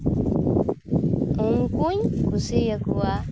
ᱩᱝᱠᱩᱧ ᱠᱩᱥᱟᱣᱟᱠᱚᱣᱟ